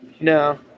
No